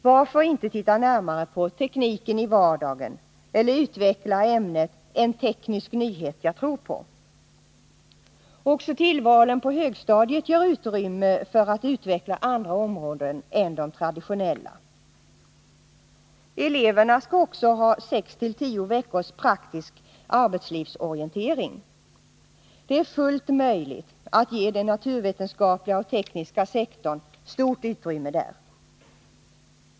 Varför inte titta närmare på tekniken i vardagen eller utveckla ämnet ”En teknisk nyhet jag tror på”? Också tillvalen på högstadiet ger utrymme för att utveckla andra områden än de traditionella. Eleverna skall också ha sex-tio veckors praktisk arbetslivsorientering. Det är fullt möjligt att ge den naturvetenskapliga och tekniska sektorn stort utrymme där.